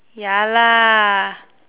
ya lah